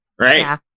Right